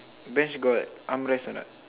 bench got arm rest or not